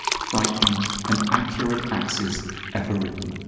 frightening and accurate axes ever written.